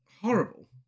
horrible